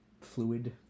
fluid